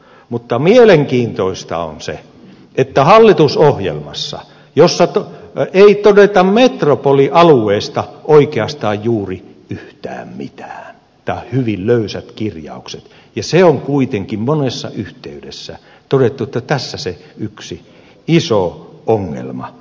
mutta mielenkiintoista on se että hallitusohjelmassa ei todeta metropolialueesta oikeastaan juuri yhtään mitään tai on hyvin löysät kirjaukset ja se on kuitenkin monessa yhteydessä todettu että tässä se yksi iso ongelma on